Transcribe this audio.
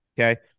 okay